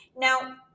Now